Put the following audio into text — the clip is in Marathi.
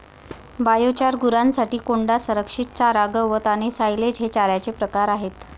बायोचार, गुरांसाठी कोंडा, संरक्षित चारा, गवत आणि सायलेज हे चाऱ्याचे प्रकार आहेत